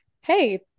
hey